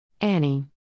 Annie